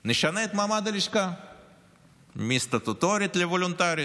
נשנה את מעמד הלשכה מסטטוטורית לוולונטרית.